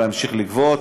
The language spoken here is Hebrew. להמשיך לגבות,